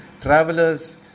Travelers